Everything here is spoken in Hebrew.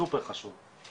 סופר חשוב,